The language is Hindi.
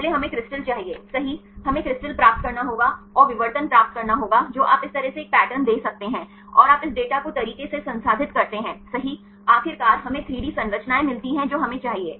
पहले हमें क्रिस्टल चाहिए सही हमें क्रिस्टल प्राप्त करना होगा और विवर्तन प्राप्त करना होगा जो आप इस तरह से एक पैटर्न दे सकते हैं और आप इस डेटा को तरीके से संसाधित करते हैंसही आखिरकार हमें 3 डी संरचनाएं मिलती हैं जो हमें चाहिए